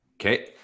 Okay